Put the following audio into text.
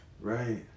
Right